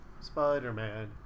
spider-man